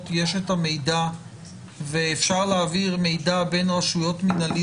יש את המידע והן יכולות להעביר מידע ביניהן?